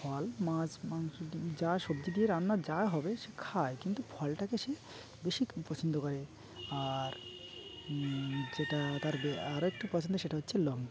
ফল মাছ মাংস যা সবজি দিয়ে রান্না যা হবে সে খায় কিন্তু ফলটাকে সে বেশি পছন্দ করে আর যেটা তার আরও একটু পছন্দের সেটা হচ্ছে রং